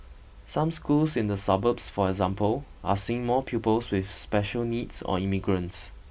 some schools in the suburbs for example are seeing more pupils with special needs or immigrants